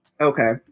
Okay